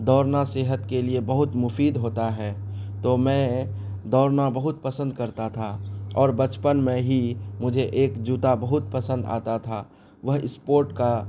دوڑنا صحت کے لیے بہت مفید ہوتا ہے تو میں دوڑنا بہت پسند کرتا تھا اور بچپن میں ہی مجھے ایک جوتا بہت پسند آتا تھا وہ اسپورٹ کا